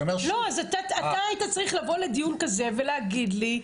אתה היית צריך לבוא לדיון כזה ולהגיד לי,